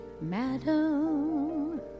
Madam